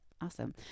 Awesome